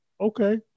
okay